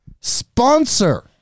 sponsor